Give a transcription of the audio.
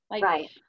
Right